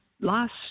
last